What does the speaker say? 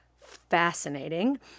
fascinating